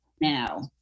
now